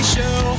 Show